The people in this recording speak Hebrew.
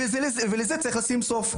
ולזה צריך לשים סוף.